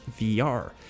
vr